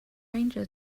ranger